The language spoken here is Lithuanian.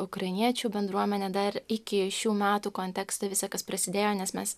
ukrainiečių bendruomenė dar iki šių metų konteksto viso kas prasidėjo nes mes